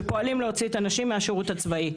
שפועלים להוציא את הנשים מהשירות הצבאי,